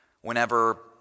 whenever